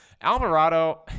alvarado